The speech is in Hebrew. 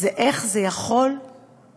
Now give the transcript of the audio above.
זה איך זה יכול לקרות